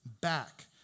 back